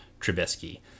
Trubisky